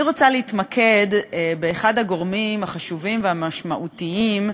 אני רוצה להתמקד באחד הגורמים החשובים והמשמעותיים,